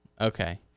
okay